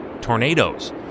tornadoes